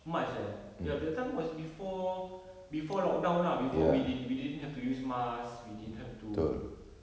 march eh ya that time was before before lockdown lah before we didn't we didn't have to use mask we didn't have to